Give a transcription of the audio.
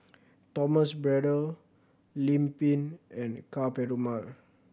Thomas Braddell Lim Pin and Ka Perumal